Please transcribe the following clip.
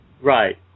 Right